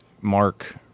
Mark